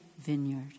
vineyard